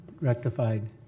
rectified